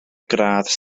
gradd